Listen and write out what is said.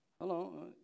Hello